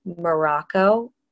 Morocco